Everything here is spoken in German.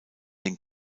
den